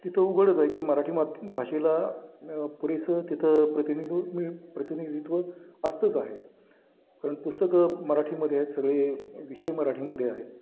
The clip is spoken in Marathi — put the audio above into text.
तिथं उघडच आहे की मराठी मात भाषेला पुरेसं तिथं प्रतिनिध्व मिळ प्रतिनिधित्व असतंच आहे कारण पुस्तकं मराठीमध्ये आहेत सगळे विषय मराठीमध्ये आहे